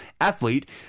Athlete